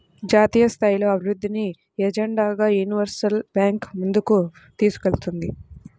జాతీయస్థాయిలో అభివృద్ధిని ఎజెండాగా యూనివర్సల్ బ్యాంకు ముందుకు తీసుకెళ్తుంది